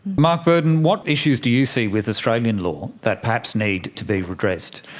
mark burdon, what issues do you see with australian law that perhaps need to be redressed?